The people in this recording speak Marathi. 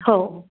हो